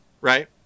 Right